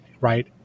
right